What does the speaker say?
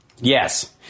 Yes